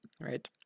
right